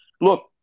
look